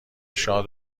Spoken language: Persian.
شاد